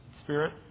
Spirit